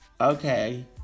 Okay